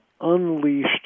unleashed